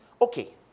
Okay